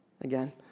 again